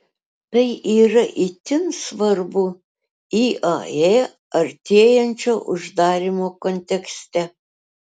tai yra itin svarbu iae artėjančio uždarymo kontekste